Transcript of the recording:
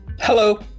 Hello